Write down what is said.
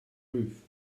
roof